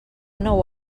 nou